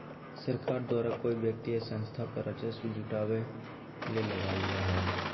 सरकार द्वारा कोय व्यक्ति या संस्था पर राजस्व जुटावय ले लगाल जा हइ